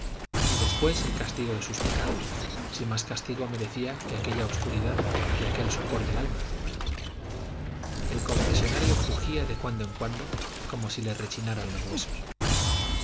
y después el castigo de sus pecados si más castigo merecía que aquella obscuridad y aquel sopor del alma el confesonario crujía de cuando en cuando como si le rechinaran los huesos